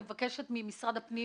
אני מבקשת ממשרד הפנים